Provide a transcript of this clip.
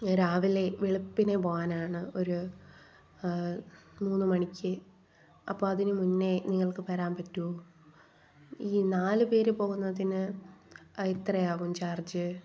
ഞാൻ രാവിലെ വെളുപ്പിനെ പോകാനാണ് ഒരു മൂന്ന് മണിക്ക് അപ്പം അതിന് മുന്നേ നിങ്ങൾക്ക് വരാൻ പറ്റുമോ ഈ നാല് പേര് പോകുന്നതിന് എത്രയാകും ചാർജ്